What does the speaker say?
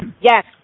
Yes